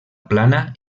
plana